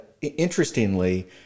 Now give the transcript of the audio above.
interestingly